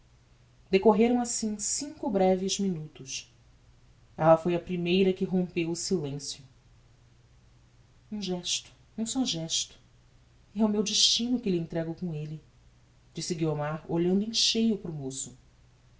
decorreram assim cinco breves minutos ella foi a primeira que rompeu o silencio um gesto um só gesto e é o meu destino que lhe entrego com elle disse guiomar olhando em cheio para o moço